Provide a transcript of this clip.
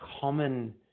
common